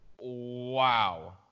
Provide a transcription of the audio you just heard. wow